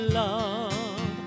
love